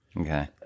Okay